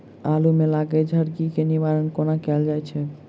आलु मे लागल झरकी केँ निवारण कोना कैल जाय छै?